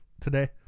today